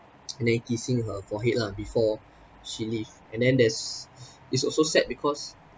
and then kissing her forehead lah before she leave and then there's it's also sad because